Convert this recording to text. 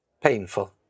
painful